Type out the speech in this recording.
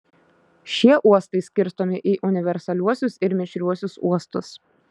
šie uostai skirstomi į universaliuosius ir mišriuosius uostus